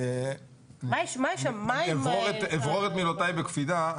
אני אברור את מילותיי בקפידה.